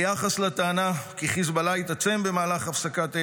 ביחס לטענה כי חיזבאללה יתעצם במהלך הפסקת האש,